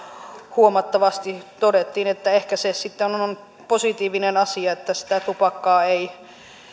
huomattavasti todettiin että ehkä se sitten on positiivinen asia että sitä tupakkaa ei